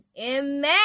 Amen